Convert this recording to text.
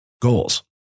goals